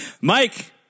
Mike